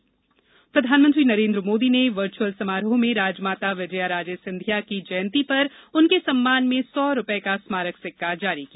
स्मारक सिक्का प्रधानमंत्री नरेन्द्र मोदी ने वर्चुअल समारोह में राजमाता विजया राजे सिंधिया की जयंती पर उनके सम्मान में सौ रुपए का स्मारक सिक्का जारी किया